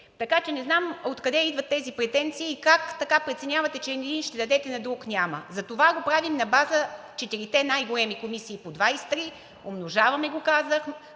така че не знам откъде идват тези претенции и как така преценявате, че на едни ще дадете, а на други – няма. Затова го правим на базата на четирите най-големи комисии, общо са 23, умножаваме го, казах,